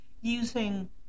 using